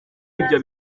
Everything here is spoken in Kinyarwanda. ibyo